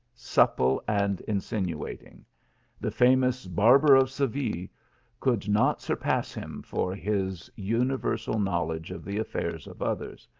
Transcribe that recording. supple and insinuating the famous barber of seville could not surpass him for his uni versal knowledge of the affairs of others,